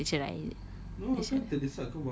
he pull back the cerai is it that's what